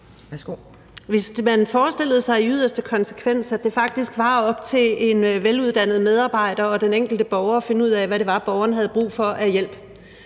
konsekvens forestillede sig, at det faktisk var op til en veluddannet medarbejder og den enkelte borger at finde ud af, hvad det var, borgeren havde brug for af hjælp,